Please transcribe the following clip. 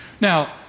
Now